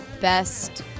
best